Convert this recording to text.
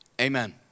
Amen